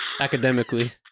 academically